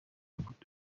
بود